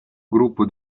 gruppo